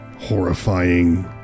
horrifying